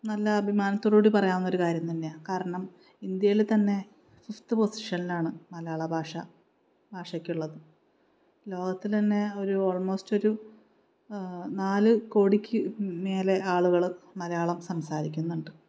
നല്ല അഭിമാനത്തോടുകൂടി പറയാവുന്നൊരു കാര്യം തന്നെയാണ് കാരണം ഇന്ത്യയിലെ തന്നെ സിക്സ്ത് പൊസിഷനിലാണ് മലയാളഭാഷ ഭാഷയ്ക്കുള്ളത് ലോകത്തിലെതന്നെ ഒരു ഓൾമോസ്റ്റ് ഒരു നാലുകോടിക്ക് മേലെ ആളുകൾ മലയാളം സംസാരിക്കുന്നുണ്ട്